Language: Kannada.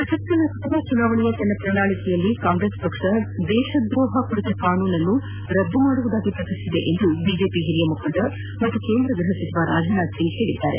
ಪ್ರಸಕ್ತ ಲೋಕಸಭಾ ಚುನಾವಣೆಯ ತನ್ನ ಪ್ರಣಾಳಿಕೆಯಲ್ಲಿ ಕಾಂಗ್ರೆಸ್ ಪಕ್ಷ ದೇಶದ್ರೋಹ ಕುರಿತ ಕಾನೂನನ್ನು ರದ್ದುಪಡಿಸುವುದಾಗಿ ಪ್ರಕಟಿಸಿದೆ ಎಂದು ಬಿಜೆಪಿ ಹಿರಿಯ ಮುಖಂಡ ಹಾಗೂ ಕೇಂದ್ರ ಗ್ಬಹ ಸಚಿವ ರಾಜನಾಥ್ಸಿಂಗ್ ಹೇಳಿದ್ದಾರೆ